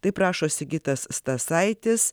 taip rašo sigitas stasaitis